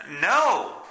No